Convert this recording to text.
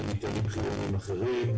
זה גם מטענים חיוניים אחרים,